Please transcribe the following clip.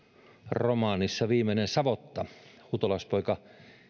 romaanissa viimeinen savotta huutolaispoika